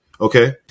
okay